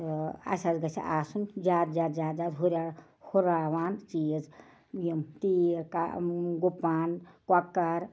تہٕ اَسہِ حظ گژھِ آسُن زیادٕ زیادٕ زیادٕ زیادٕ ہُرٮ۪ر ہُراوان چیٖز یِم تیٖر کہ گُپَن کۄکَر